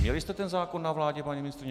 Měli jste zákon na vládě, paní ministryně?